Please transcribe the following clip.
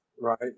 Right